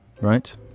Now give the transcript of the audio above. Right